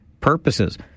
purposes